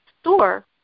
store